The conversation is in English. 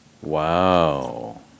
Wow